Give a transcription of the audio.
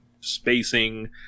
spacing